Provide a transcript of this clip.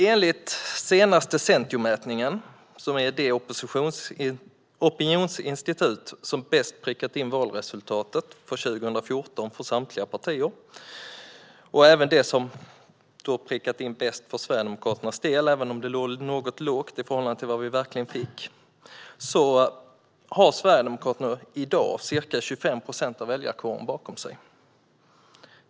Enligt den senaste mätningen från Sentio, som är det opinionsinstitut som bäst prickat in valresultatet för 2014 för samtliga partier, och även det som bäst prickat in för Sverigedemokraternas del, även om det låg något lågt i förhållande till det vi verkligen fick, har Sverigedemokraterna i dag ca 25 procent av väljarkåren bakom sig.